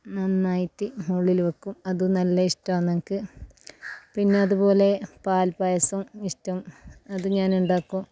നന്നായിറ്റ് മുള്ളിൽ വെക്കും നല്ല ഇഷ്ട്ടാന്ന് എനിക്ക് പിന്നെ അതുപോലെ പാൽപായസം ഇഷ്ട്ടം അത് ഞാൻ ഉണ്ടാക്കും